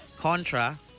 Contra